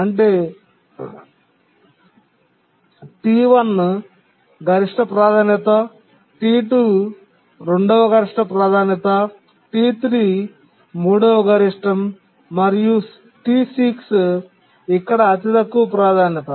అంటే T1 గరిష్ట ప్రాధాన్యత T2 రెండవ గరిష్ట ప్రాధాన్యత T3 మూడవ గరిష్టం మరియు T6 ఇక్కడ అతి తక్కువ ప్రాధాన్యత